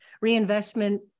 Reinvestment